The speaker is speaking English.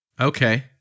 okay